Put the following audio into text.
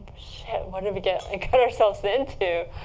shit. what did we get and kind of ourselves into?